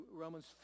Romans